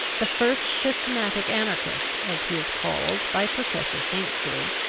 the first systematic anarchist, as he is called by professor saintsbury,